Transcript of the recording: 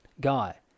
Guy